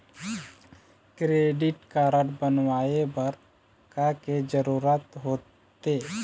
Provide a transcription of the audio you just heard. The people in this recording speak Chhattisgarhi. क्रेडिट कारड बनवाए बर का के जरूरत होते?